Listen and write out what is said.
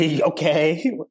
Okay